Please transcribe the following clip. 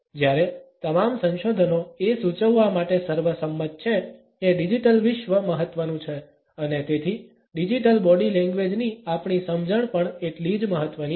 જ્યારે તમામ સંશોધનો એ સૂચવવા માટે સર્વસંમત છે કે ડિજિટલ વિશ્વ મહત્વનું છે અને તેથી ડિજિટલ બોડી લેંગ્વેજની આપણી સમજણ પણ એટલી જ મહત્વની છે